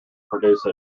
produce